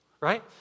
right